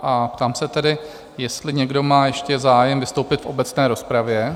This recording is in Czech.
A ptám se tedy, jestli někdo má ještě zájem vystoupit v obecné rozpravě?